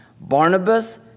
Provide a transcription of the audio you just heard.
Barnabas